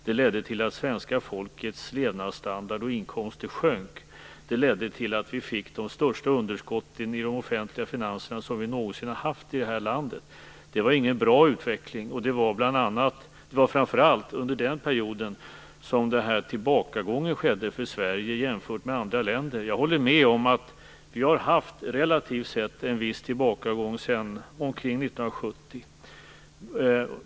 Det ledde till att svenska folkets levnadsstandard och inkomster sjönk. Det ledde till att vi fick de största underskotten i de offentliga finanserna som vi någonsin har haft i det här landet. Det var ingen bra utveckling. Och det var framför allt under den perioden som tillbakagången skedde för Sverige jämfört med andra länder. Jag håller med om att vi relativt sett har haft en viss tillbakagång sedan omkring 1970.